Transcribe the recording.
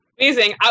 Amazing